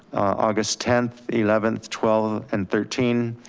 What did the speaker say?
august tenth, eleventh, twelve, and thirteen,